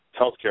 healthcare